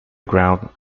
ground